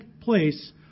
place